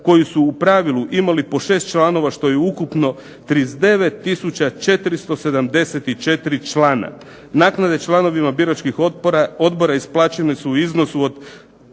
koji su u pravilu imali po 6 članova što je ukupno 39 tisuća 474 člana. Naknade članovima biračkih odbora isplaćene su u iznosu od